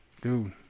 Dude